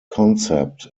concept